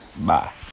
Bye